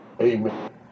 amen